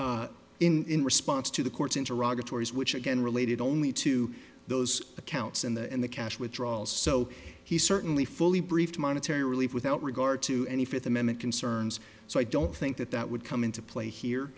rights in response to the court's into raga tori's which again related only to those accounts in the in the cash withdrawals so he certainly fully briefed monetary relief without regard to any fifth amendment concerns so i don't think that that would come into play here